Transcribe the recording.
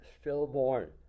stillborn